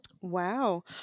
Wow